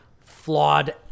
flawed